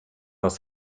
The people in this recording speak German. noch